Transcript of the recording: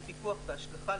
בפיקוח והשגחה,